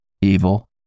evil